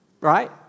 right